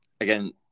again